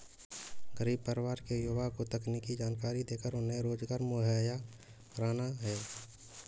गरीब परिवार के युवा को तकनीकी जानकरी देकर उन्हें रोजगार मुहैया कराना है